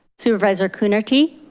supervisor coonerty.